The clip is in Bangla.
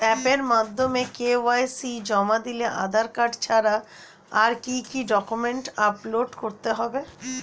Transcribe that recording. অ্যাপের মাধ্যমে কে.ওয়াই.সি জমা দিলে আধার কার্ড ছাড়া আর কি কি ডকুমেন্টস আপলোড করতে হবে?